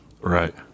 Right